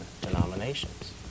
denominations